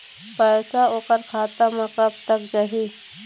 पैसा ओकर खाता म कब तक जाही?